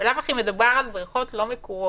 בלאו הכי מדובר על בריכות לא מקורות.